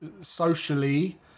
socially